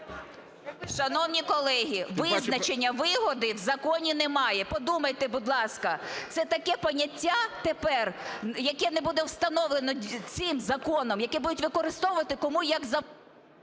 Шановні колеги, визначення "вигоди" в законі немає. Подумайте, будь ласка, це таке поняття тепер, яке не буде встановлене цим законом, яке будуть використовувати, кому. як…